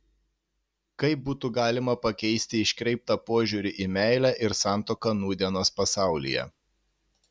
kaip būtų galima pakeisti iškreiptą požiūrį į meilę ir santuoką nūdienos pasaulyje